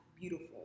beautiful